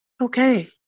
Okay